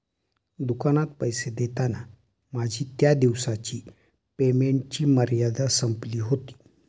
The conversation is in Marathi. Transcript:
दुकानात पैसे देताना माझी त्या दिवसाची पेमेंटची मर्यादा संपली होती